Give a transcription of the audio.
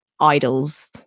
idols